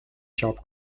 job